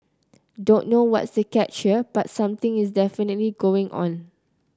don't know what's the catch here but something is definitely going on